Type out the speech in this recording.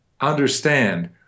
understand